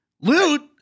loot